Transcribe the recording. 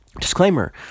disclaimer